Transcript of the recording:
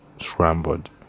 scrambled